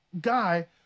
guy